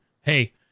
hey